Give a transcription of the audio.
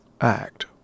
act